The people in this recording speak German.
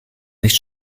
nicht